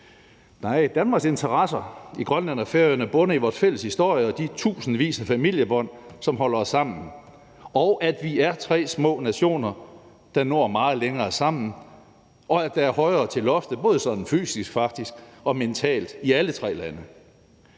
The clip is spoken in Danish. Nej, Danmarks interesser i Grønland og Færøerne bunder i vores fælles historie og de tusindvis af familiebånd, som holder os sammen, og at vi er tre små nationer, der når meget længere sammen, og at der er højere til loftet både sådan fysisk faktisk og mentalt i alle tre lande.